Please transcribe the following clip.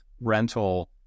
rental